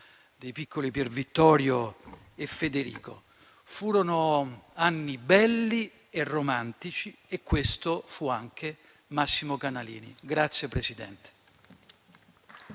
dei piccoli Pier Vittorio e Federico. Furono anni belli e romantici. E questo fu anche Massimo Canalini.